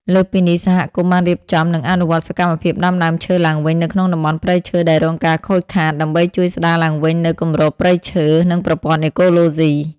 លើសពីនេះ សហគមន៍បានរៀបចំ និងអនុវត្តសកម្មភាពដាំដើមឈើឡើងវិញនៅក្នុងតំបន់ព្រៃឈើដែលរងការខូចខាត ដើម្បីជួយស្ដារឡើងវិញនូវគម្របព្រៃឈើ និងប្រព័ន្ធអេកូឡូស៊ី។